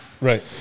Right